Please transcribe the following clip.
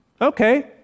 Okay